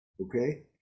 okay